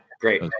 Great